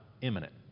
imminent